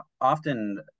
often